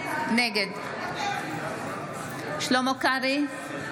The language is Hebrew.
נגד שלמה קרעי,